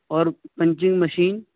اور punching machine